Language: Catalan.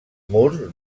murs